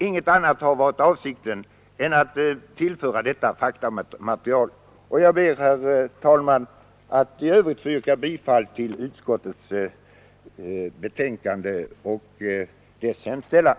Inget annat har varit avsikten än att tillföra debatten detta faktamaterial, och jag ber, herr talman, att få yrka bifall till utskottets hemställan.